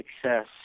success